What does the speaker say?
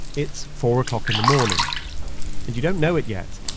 it's four o'clock in the morning and you don't know it yet,